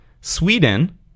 Sweden